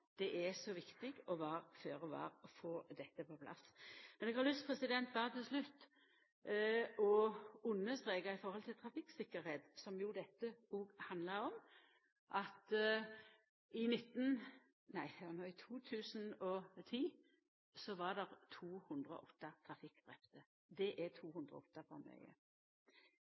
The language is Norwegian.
det er så viktig å vera føre-var og få dette på plass. Til slutt har eg har lyst å understreka når det gjeld trafikktryggleik, som dette òg handlar om, at det i 2010 var 208 trafikkdrepne. Det er